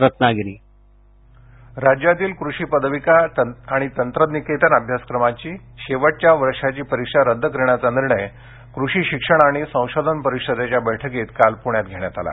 परीक्षा रद्द राज्यातील कृषी पदविका आणि तंत्र निकेतन अभ्यासक्रमाची शेवटच्या वर्षाची परीक्षा रद्द करण्याचा निर्णय कृषी शिक्षण आणि संशोधन परिषदेच्या बैठकीत काल प्ण्यात घेण्यात आला